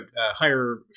higher